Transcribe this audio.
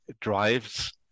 drives